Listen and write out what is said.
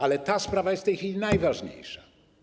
Ale ta sprawa jest w tej chwili najważniejsza.